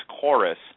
chorus